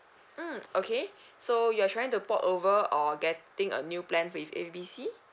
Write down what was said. mm okay so you're trying to port over or getting a new plan with A B C